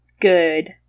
good